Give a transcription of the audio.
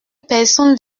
personnes